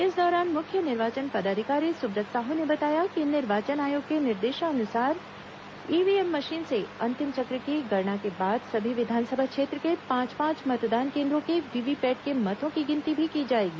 इस दौरान मुख्य निर्वाचन पदाधिकारी सुब्रत साहू ने बताया कि निर्वाचन आयोग के निर्देशानुसार ईवीएम मशीन से अंतिम चक्र की गणना के बाद सभी विधानसभा क्षेत्र के पांच पांच मतदान केन्द्रों के वीवीपैट के मतों की गिनती भी की जाएगी